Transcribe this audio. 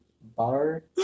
bar